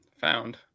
Found